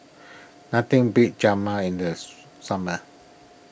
nothing beats Rajma in the summer